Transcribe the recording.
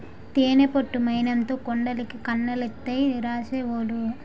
తేనె పట్టు మైనంతో కుండలకి కన్నాలైతే రాసేవోలు